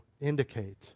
indicate